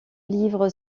livre